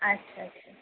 আচ্ছা আচ্ছা